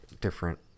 different